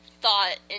thought